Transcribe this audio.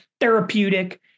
therapeutic